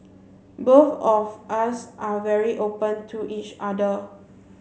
both of us are very open to each other